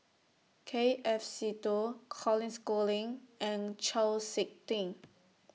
K F Seetoh Colin Schooling and Chau Sik Ting